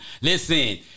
Listen